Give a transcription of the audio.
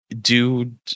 dude